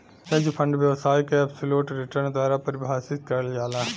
hedge fund व्यवसाय के absolute return द्वारा परिभाषित करल जाला